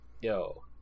yo